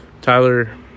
tyler